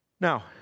Now